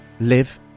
live